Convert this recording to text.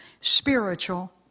spiritual